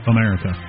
America